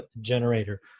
generator